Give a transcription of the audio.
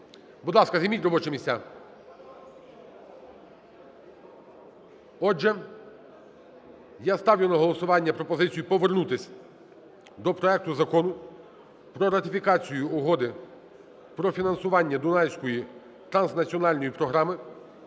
Будь ласка, займіть робочі місця. Отже, я ставлю на голосування пропозицію повернутись до проекту Закону про ратифікацію Угоди про фінансування Дунайської транснаціональної програми